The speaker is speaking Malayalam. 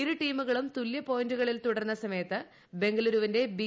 ഇരു ടീമുകളും തുല്യ പോയിന്റുകളിൽ തുടർന്ന സമയത്ത് ബംഗലൂരുവിന്റെ ബി